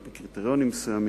על-פי קריטריונים מסוימים,